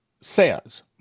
says